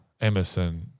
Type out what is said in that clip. Emerson